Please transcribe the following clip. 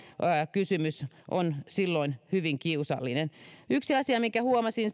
kysymys on silloin hyvin kiusallinen taas toisaalta yksi asia minkä huomasin